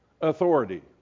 authority